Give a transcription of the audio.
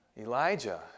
Elijah